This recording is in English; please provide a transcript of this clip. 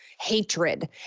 hatred